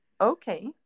Okay